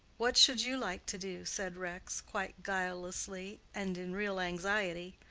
what should you like to do? said rex, quite guilelessly, and in real anxiety.